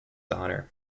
honor